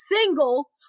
single